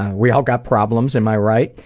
we all got problems. am i right?